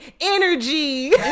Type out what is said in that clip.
Energy